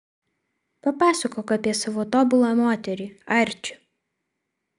papasakok apie savo tobulą moterį arči